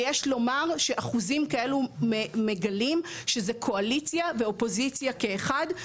ויש לומר שאחוזים כאלו מגלים שזה קואליציה ואופוזיציה כאחד.